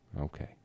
Okay